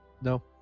no